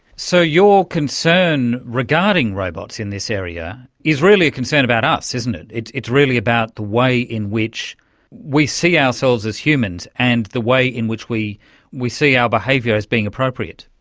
so your concern regarding robots in this area is really a concern about us, isn't it, it's it's really about the way in which we see ourselves as humans and the way in which we we see our behaviour as being appropriate.